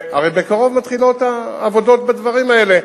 הרי בקרוב מתחילות העבודות בדברים האלה.